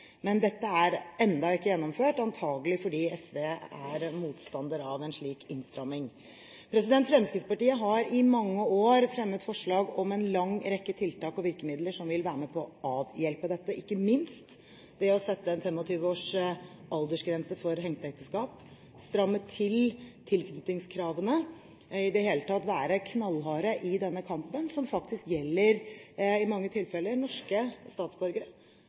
men dette er ennå ikke gjennomført – antakelig fordi SV er motstander av en slik innstramming. Fremskrittspartiet har i mange år fremmet forslag om en lang rekke tiltak og virkemidler som vil være med på å avhjelpe dette, ved ikke minst å sette en 25-års aldersgrense for henteekteskap, stramme inn tilknytningskravene – i det hele tatt være knallharde i denne kampen som i mange tilfeller faktisk gjelder norske statsborgere